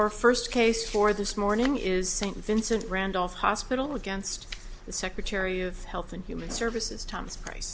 our first case for this morning is st vincent randolph hospital against the secretary of health and human services thomas pri